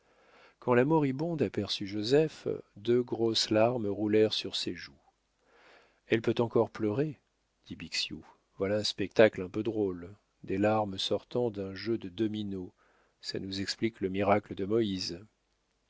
quand la moribonde aperçut joseph deux grosses larmes roulèrent sur ses joues elle peut encore pleurer dit bixiou voilà un spectacle un peu drôle des larmes sortant d'un jeu de dominos ça nous explique le miracle de moïse